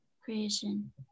Creation